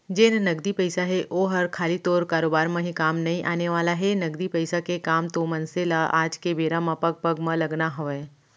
जेन नगदी पइसा हे ओहर खाली तोर कारोबार म ही काम नइ आने वाला हे, नगदी पइसा के काम तो मनसे ल आज के बेरा म पग पग म लगना हवय